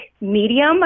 medium